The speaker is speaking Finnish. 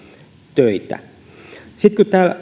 töitä täällä